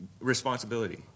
responsibility